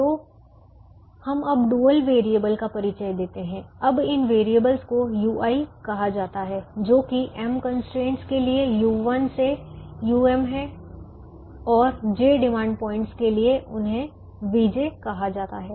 तो हम अब डुअल वेरिएबल का परिचय देते हैं अब इन वेरिएबलस को ui कहा जाता है जो कि m कंस्ट्रेंटस के लिए u1 से um है और j डिमांड प्वाइंटस के लिए उन्हें vj कहा जाता है